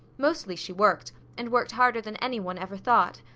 mostly she worked and worked harder than any one ever thought.